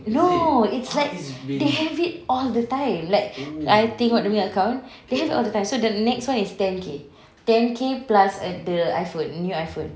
no it's like they have it all the time like I think account they have all the time so the next one is ten K ten K plus err the iphone new iphone